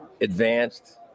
Advanced